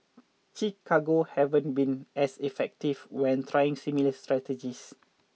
Chicago haven't been as effective when trying similar strategies